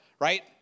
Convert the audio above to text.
right